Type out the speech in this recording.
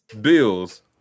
Bills